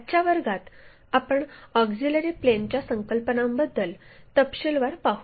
आजच्या वर्गात आपण ऑक्झिलिअरी प्लेनच्या संकल्पनांबद्दल तपशीलवार शिकू